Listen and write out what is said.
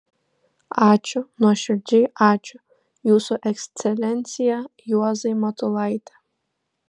ačiū nuoširdžiai ačiū jūsų ekscelencija juozai matulaiti